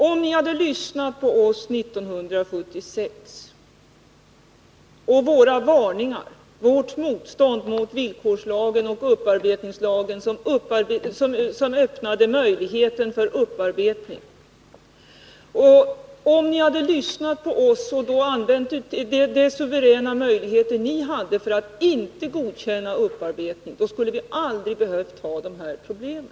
Om ni 1976 hade lyssnat på våra varningar och tagit intryck av vårt motstånd mot villkorslagen, som öppnade möjligheten till upparbetning, och använt de suveräna möjligheter ni då hade att inte godkänna upparbetning, skulle vi aldrig behövt ha de här problemen.